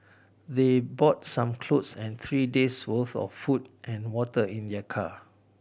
they brought some clothes and three days worth of food and water in their car